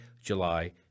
july